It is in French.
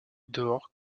dehors